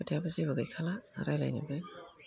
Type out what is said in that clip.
खोथायाबो जेबो गैखाला रायज्लायनोबो